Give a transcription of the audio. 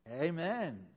Amen